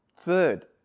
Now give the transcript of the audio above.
Third